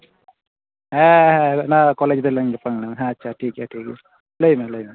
ᱦᱮᱸ ᱦᱮᱸ ᱚᱱᱟ ᱠᱚᱞᱮᱡᱽ ᱨᱮᱱᱟᱝ ᱧᱟᱯᱟᱢ ᱞᱮᱱᱟ ᱦᱮᱸ ᱟᱪᱷᱟ ᱴᱷᱚᱠ ᱜᱮᱭᱟ ᱴᱷᱤᱠ ᱜᱮᱭᱟ ᱞᱟᱹᱭ ᱢᱮ ᱯᱟᱹᱭ ᱢᱮ